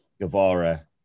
Guevara